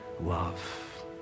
love